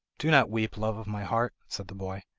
do not weep, love of my heart said the boy,